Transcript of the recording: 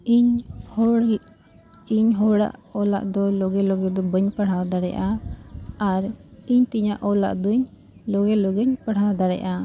ᱤᱧ ᱦᱚᱲ ᱤᱧ ᱦᱚᱲᱟᱜ ᱚᱞᱟᱜ ᱫᱚ ᱞᱟᱜᱮ ᱞᱟᱜᱮ ᱫᱚ ᱵᱟᱹᱧ ᱯᱟᱲᱦᱟᱣ ᱫᱟᱲᱮᱭᱟᱜᱼᱟ ᱟᱨ ᱤᱧ ᱛᱤᱧᱟᱹᱜ ᱚᱞᱟᱜ ᱫᱩᱧ ᱞᱟᱜᱮ ᱞᱟᱜᱮᱧ ᱯᱟᱲᱦᱟᱣ ᱫᱟᱲᱮᱭᱟᱜᱼᱟ